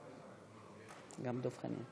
היושבת-ראש,